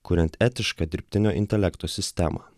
kuriant etišką dirbtinio intelekto sistemą